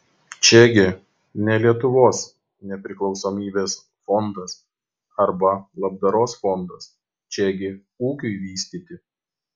čiagi ne lietuvos nepriklausomybės fondas arba labdaros fondas čiagi ūkiui vystyti